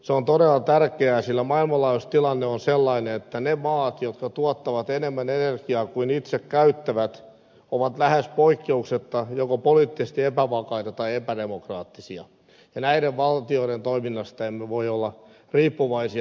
se on todella tärkeää sillä maailmanlaajuisesti tilanne on sellainen että ne maat jotka tuottavat enemmän energiaa kuin itse käyttävät ovat lähes poikkeuksetta joko poliittisesti epävakaita tai epädemokraattisia ja näiden valtioiden toiminnasta emme voi olla riippuvaisia